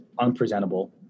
unpresentable